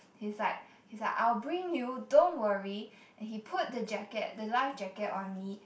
he's like he's like I'll bring you don't worry and he put the jacket the life jacket on me